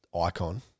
icon